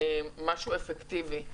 משהו אפקטיבי.